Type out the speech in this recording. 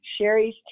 Sherry's